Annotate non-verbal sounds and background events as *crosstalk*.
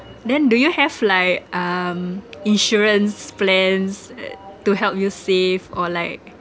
then do you have like um insurance plans *noise* to help you save or like